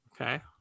Okay